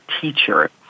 teacher